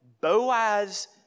Boaz